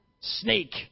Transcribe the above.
Snake